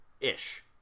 ish